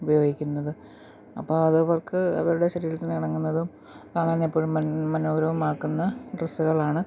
ഉപയോഗിക്കുന്നത് അപ്പം അതവർക്ക് അവരുടെ ശരീരത്തിന് ഇണങ്ങുന്നതും കാണാനെപ്പോഴും മനോഹരവുമാക്കുന്ന ഡ്രസ്സുകളാണ്